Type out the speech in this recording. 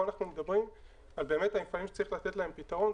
פה אנחנו מדברים על מפעלים שצריכים לתת להם פתרון,